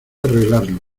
arreglarlo